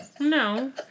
No